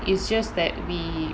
it's just that we